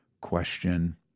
question